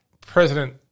president